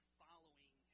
following